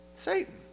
Satan